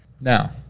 now